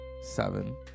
Seven